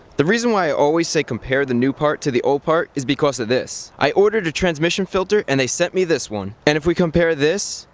the reason why i always say compare the new part to the old part is because of this i ordered a transmission filter and they sent me this one. and if we compare this,